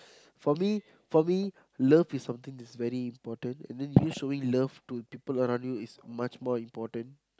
for me for me love is something is very important and then you showing love to people around you is much more important